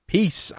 Peace